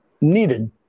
needed